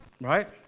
Right